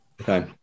Okay